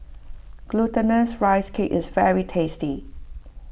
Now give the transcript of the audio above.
Glutinous Rice Cake is very tasty